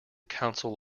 counsel